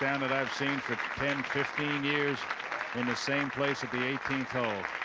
and that i've seen for ten fifteen years in the same place at the eighteenth hole,